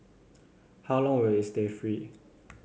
how long will it stay free